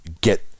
get